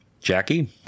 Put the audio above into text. Jackie